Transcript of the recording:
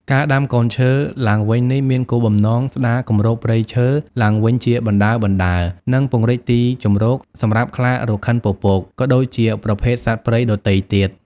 ការដាំកូនឈើឡើងវិញនេះមានគោលបំណង ស្តារគម្របព្រៃឈើ ឡើងវិញជាបណ្តើរៗ និង ពង្រីកទីជម្រក សម្រាប់ខ្លារខិនពពក ក៏ដូចជាប្រភេទសត្វព្រៃដទៃទៀត។